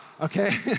Okay